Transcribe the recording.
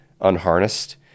unharnessed